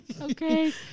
Okay